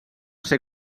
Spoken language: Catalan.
ser